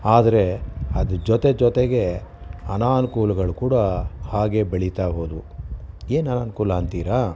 ಆದರೆ ಅದರ ಜೊತೆ ಜೊತೆಗೆ ಅನನುಕೂಲಗಳು ಕೂಡ ಹಾಗೇ ಬೆಳೀತಾ ಹೋದವು ಏನು ಅನನುಕೂಲ ಅಂತೀರಾ